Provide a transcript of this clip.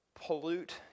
pollute